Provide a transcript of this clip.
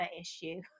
issue